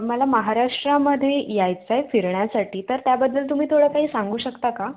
मला महाराष्ट्रामध्ये यायचं आहे फिरण्यासाठी तर त्याबद्दल तुम्ही थोडं काही सांगू शकता का